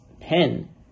pen